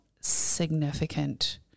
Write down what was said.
significant